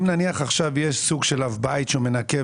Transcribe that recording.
אם נניח עכשיו יש סוג של אב בית והוא מנקה